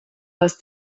les